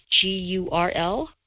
G-U-R-L